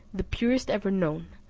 the purest ever known,